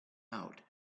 out